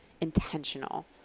intentional